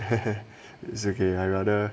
is okay I rather